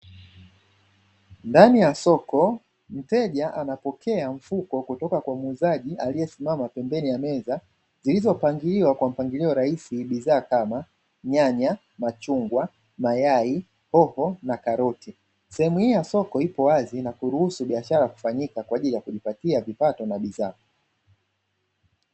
Ndani ya soko mteja anapokea mfuko kutoka kwa muuzaji aliesimama pembeni ya meza zilizopangiliwa kwa mpangilio rahisi bidhaa kama nyanya, machungwa, mayai, hoho na karoti sehemu hii ya soko ipo wazi na kuruhusu biashara kufanyika kwajili ya kujipatia vipato na bidhaa.